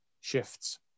shifts